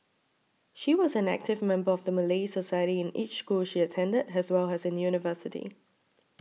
she was an active member of the Malay Society in each school she attended as well as in university